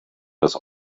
des